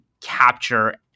capture